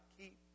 keep